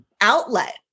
outlet